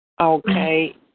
Okay